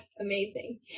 amazing